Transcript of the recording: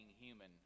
human